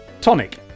Tonic